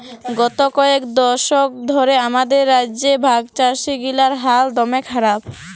গত কয়েক দশক ধ্যরে আমাদের রাজ্যে ভাগচাষীগিলার হাল দম্যে খারাপ